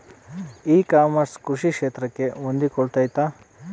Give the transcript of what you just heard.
E commerce ಕೃಷಿ ಕ್ಷೇತ್ರಕ್ಕೆ ಹೊಂದಿಕೊಳ್ತೈತಾ?